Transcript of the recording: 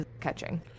catching